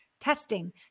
testing